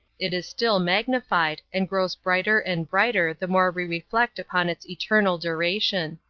it is still magnified, and grows brighter and brighter the more we reflect upon its eternal duration.